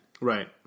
Right